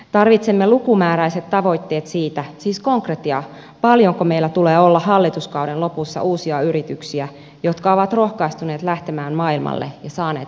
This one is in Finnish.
tarvitsemme lukumääräiset tavoitteet siitä siis konkretiaa paljonko meillä tulee olla hallituskauden lopussa uusia yrityksiä jotka ovat rohkaistuneet lähtemään maailmalle ja saaneet sieltä kasvua